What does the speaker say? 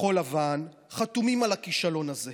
מכחול לבן חתומים על הכישלון הזה,